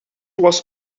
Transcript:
was